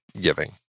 giving